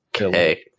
Okay